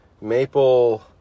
maple